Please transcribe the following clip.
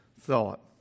thought